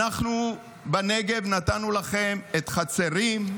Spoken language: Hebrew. אנחנו בנגב נתנו לכם את חצרים,